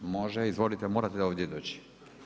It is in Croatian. Može, izvolite, morate ovdje doći.